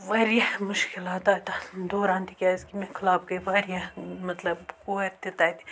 وارِیاہ مُشکِلات آےٚ تَتھ دوران تِکیازِ مےٚ خٕلاف گٔے واریاہ مطلب کورِ تہِ تَتہِ